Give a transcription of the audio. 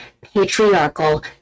patriarchal